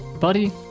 Buddy